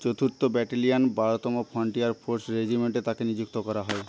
চতুর্থ ব্যাটালিয়ন বারোতম frontier force রেজিমেন্টে তাঁকে নিযুক্ত করা হয়